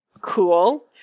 cool